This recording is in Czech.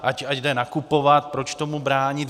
Ať jde nakupovat, proč tomu bránit.